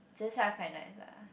zi-char quite nice ah